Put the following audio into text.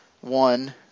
one